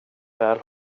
väl